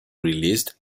released